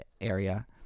area